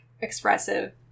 expressive